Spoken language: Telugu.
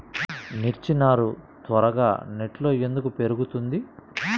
మిర్చి నారు త్వరగా నెట్లో ఎందుకు పెరుగుతుంది?